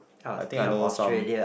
I think I know some